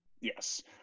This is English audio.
Yes